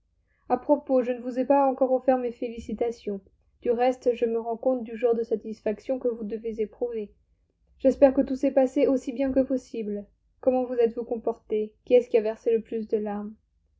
à propos je ne vous ai pas encore offert mes félicitations du reste je me rends compte du genre de satisfaction que vous devez éprouver j'espère que tout s'est passé aussi bien que possible comment vous êtes-vous comportés qui est-ce qui a versé le plus de larmes